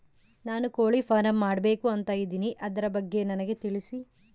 ನಾನು ಕೋಳಿ ಫಾರಂ ಮಾಡಬೇಕು ಅಂತ ಇದಿನಿ ಅದರ ಬಗ್ಗೆ ನನಗೆ ತಿಳಿಸಿ?